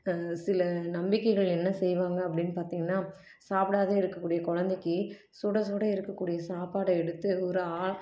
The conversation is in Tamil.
சில நம்பிக்கைகள் என்ன செய்வாங்க அப்படின்னு பார்த்திங்கன்னா சாப்பிடாத இருக்கக்கூடிய குழந்தைக்கி சுட சுட இருக்கக்கூடிய சாப்பாடை எடுத்து ஒரு ஆ